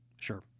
Sure